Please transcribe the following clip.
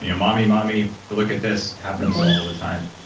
you know mommy, mommy, look at this, happens all the time.